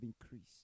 increased